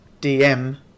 dm